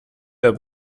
der